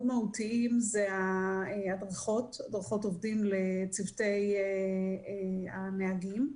מהותיים זה הדרכות עובדים לצוותי הנהגים.